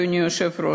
אדוני היושב-ראש,